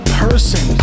person